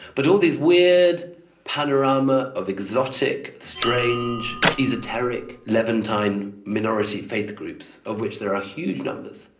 but all these weird panarama of exotic, strange, esoteric, levantine minority faith groups, of which there are huge numbers,